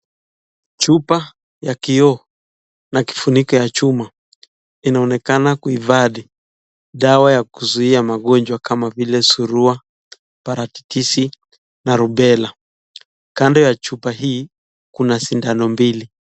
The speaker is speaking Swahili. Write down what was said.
Chupa ya kioo na kifuniko ya chuma inaonekana kuhifadhi dawa ya kuzuia magonjwa kama vile; surua paratikishi na rubella ,kando ya chupa hii kuna sidano mbili.